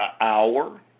hour